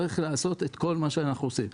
צריך לעשות את כל מה שאנחנו עושים.